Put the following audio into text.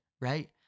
right